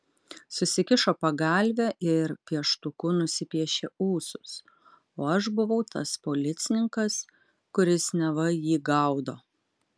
susikišo pagalvę ir pieštuku nusipiešė ūsus o aš buvau tas policininkas kuris neva jį gaudo